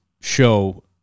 show